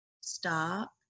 stop